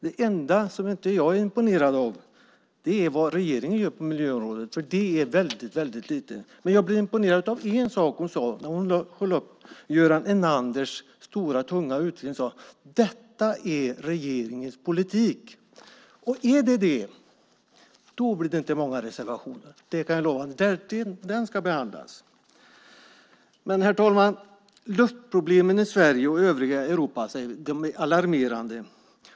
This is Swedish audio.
Det enda som inte jag är imponerad av är vad regeringen gör på miljöområdet, för det är väldigt lite. Men jag blev imponerad av en sak Sofia Arkelsten sade. Det var när hon höll upp Göran Enanders stora, tunga utredning och sade: Detta är regeringens politik. Om det är det så blir det inte många reservationer när den ska behandlas; det kan jag lova. Herr talman! Luftproblemen i Sverige och övriga Europa är alarmerande.